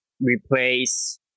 replace